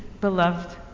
beloved